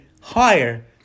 higher